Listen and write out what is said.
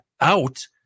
out